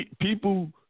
people